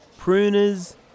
Pruners